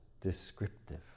descriptive